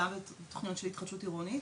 גם בתוכניות של התחדשות עירונית.